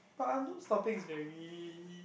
but aren't those topics very